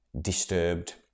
disturbed